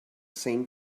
same